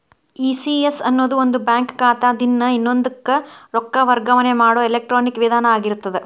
ECS ಅನ್ನೊದು ಒಂದ bank ಖಾತಾದಿನ್ದ ಇನ್ನೊಂದಕ್ಕ ರೊಕ್ಕ ವರ್ಗಾವಣೆ ಮಾಡೊ ಎಲೆಕ್ಟ್ರಾನಿಕ್ ವಿಧಾನ ಆಗಿರ್ತದ